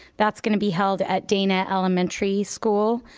that's gonna be held at dana elementary school.